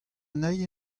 anezhi